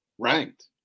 ranked